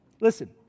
Listen